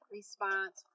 Response